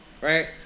right